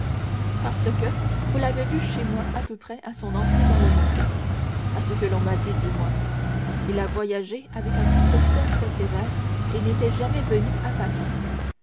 parce que vous l'avez vu chez moi à peu près à son entrée dans le monde à ce que l'on m'a dit du moins il a voyagé avec un précepteur très sévère et n'était jamais venu à paris